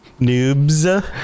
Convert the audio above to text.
Noobs